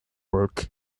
work